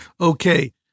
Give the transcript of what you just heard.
Okay